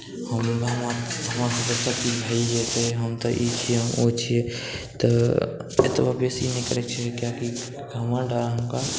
हमर माए बाप हम तऽ ई छियै हम ओ छियै तऽ एतबो बेसी नहि करैके चाही कियाकि घमंड अहाँकेॅं